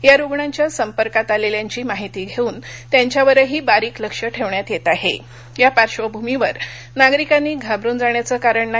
या रुग्णांच्या संपर्कात आलखांची माहिती घबून त्यांच्यावरही बारीक लक्ष ठक्षियात यस्तीआहा या पाश्र्वभूमीवर नागरिकांनी घाबरुन जाण्याचं कारण नाही